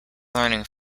learning